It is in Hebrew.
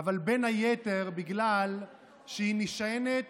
אבל בין היתר בגלל שהיא נשענת